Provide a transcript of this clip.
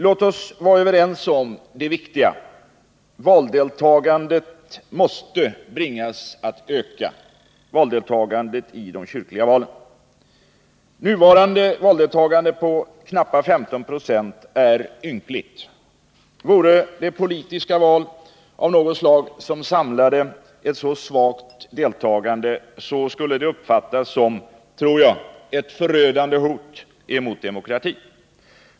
Låt oss vara överens om det viktiga: deltagandet i de kyrkliga valen måste bringas att öka. Nuvarande valdeltagande på knappt 15 96 är ynkligt. Vore det politiska val av något slag som samlade ett så svagt deltagande tror jag att det skulle uppfattas som ett förödande hot mot demokratin.